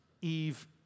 Eve